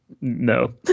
No